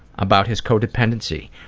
about his co-dependency.